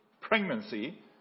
pregnancy